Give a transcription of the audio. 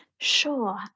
Sure